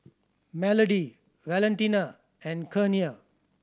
Melodie Valentina and Kenia